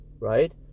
right